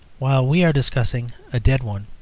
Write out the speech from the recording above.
while we are discussing a dead one.